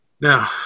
Now